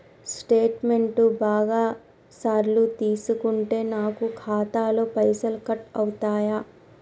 Statement బాగా సార్లు తీసుకుంటే నాకు ఖాతాలో పైసలు కట్ అవుతయా?